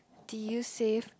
did you save